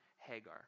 Hagar